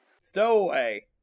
stowaway